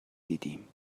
دیدیم